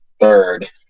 third